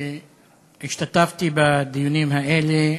השתתפתי בדיונים האלה,